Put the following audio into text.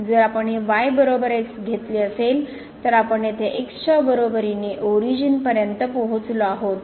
जर आपण हे y बरोबर x घेतले असेल तर आपण येथे x च्या बरोबरीने ओरिजिन पर्यंत पोहोचलो आहोत